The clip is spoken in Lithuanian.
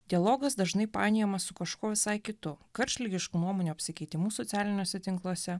dialogas dažnai painiojamas su kažkuo visai kitu karštligiškų nuomonių apsikeitimu socialiniuose tinkluose